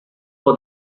for